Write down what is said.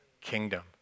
kingdom